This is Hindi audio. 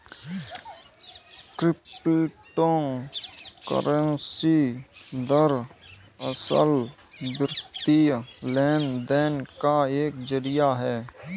क्रिप्टो करेंसी दरअसल, वित्तीय लेन देन का एक जरिया है